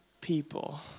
people